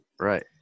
right